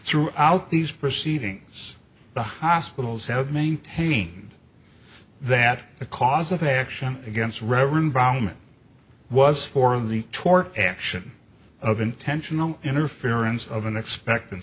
throughout these proceedings the hospitals have maintained that the cause of action against reverend rahman was for the tort action of intentional interference of an expect